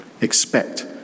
Expect